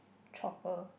chopper